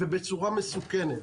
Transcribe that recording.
ובצורה מסוכנת.